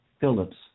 Philip's